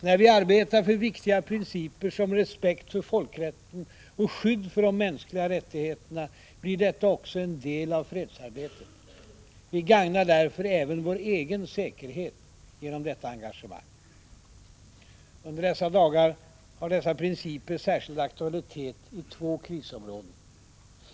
När vi arbetar för viktiga principer som respekt för folkrätten och skydd för de mänskliga rättigheterna blir detta också en del av fredsarbetet. Vi gagnar därför även vår egen säkerhet genom detta engagemang. Under dessa dagar har de här principerna särskild aktualitet i två krisområden.